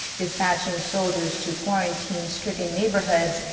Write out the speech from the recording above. dispatching soldiers to quarantine stricken neighborhoods.